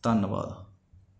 ਧੰਨਵਾਦ